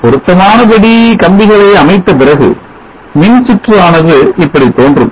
பொருத்தமான படி கம்பிகளை அமைத்த பிறகு மின்சுற்று ஆனது இப்படி தோன்றும்